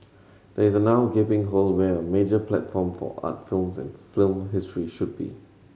there is now a gaping hole where a major platform for art films and film history should be